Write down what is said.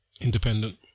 Independent